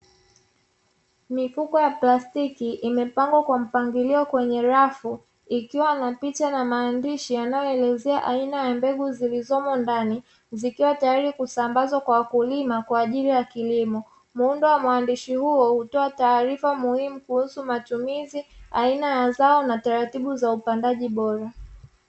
Mifuko ya plastiki imepangwa kwa mpangilio kwenye rafu, ikiwa na picha na maandishi yanayoelezea aina ya mbegu zilizomo ndani, zikiwa tayari kusambazwa kwa wakulima kwa ajili ya kilimo. Muundo wa maandishi huo hutoa taarifa muhimu kuhusu matumizi, aina ya zao na taratibu za upandaji bora.